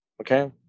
okay